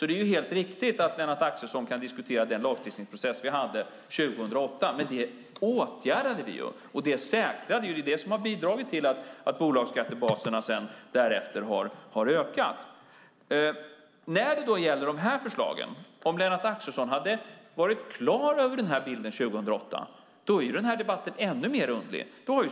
Det är helt riktigt att Lennart Axelsson kan diskutera den lagstiftningsprocess vi hade 2008, men det åtgärdade vi ju. Det är det som har bidragit till att bolagsskattebaserna därefter har ökat. När det gäller de här förslagen måste jag säga att om Lennart Axelsson hade varit klar över den här bilden 2008 är den här debatten ännu mer underlig.